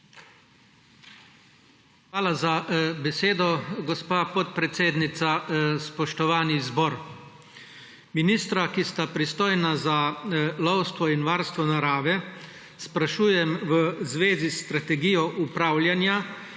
Hvala za besedo, gospa podpredsednica. Spoštovani zbor! Ministra, ki sta pristojna za lovstvo in varstvo narave, sprašujem v zvezi s strategijo upravljanja